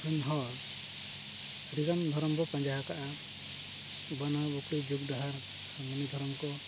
ᱨᱮᱱ ᱦᱚᱲ ᱟᱹᱰᱤᱜᱟᱱ ᱫᱷᱚᱨᱚᱢ ᱵᱚᱱ ᱯᱟᱸᱡᱟ ᱟᱠᱟᱫᱼᱟ ᱵᱟᱱᱟᱣ ᱵᱩᱠᱲᱤ ᱡᱩᱜᱽ ᱰᱟᱦᱟᱨ ᱦᱟᱨᱢᱚᱱᱤ ᱫᱷᱚᱨᱚᱢ ᱠᱚ